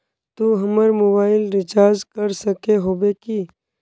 तू हमर mobile recharge कर सके होबे की?